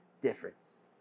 difference